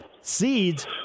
seeds